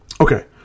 Okay